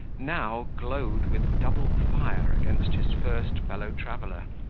now glowed with double fire against his first fellow-traveller,